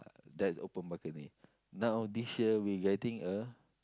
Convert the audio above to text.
that open balcony now this year we getting a